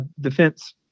defense